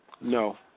No